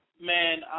Man